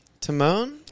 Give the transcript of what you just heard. Timon